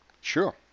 Sure